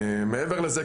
מעבר לזה,